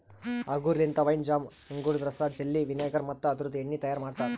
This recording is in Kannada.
ಅಂಗೂರ್ ಲಿಂತ ವೈನ್, ಜಾಮ್, ಅಂಗೂರದ ರಸ, ಜೆಲ್ಲಿ, ವಿನೆಗರ್ ಮತ್ತ ಅದುರ್ದು ಎಣ್ಣಿ ತೈಯಾರ್ ಮಾಡ್ತಾರ